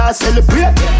celebrate